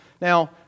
Now